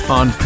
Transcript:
on